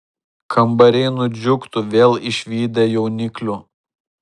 kambariai nudžiugtų vėl išvydę jauniklių